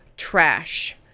trash